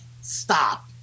stop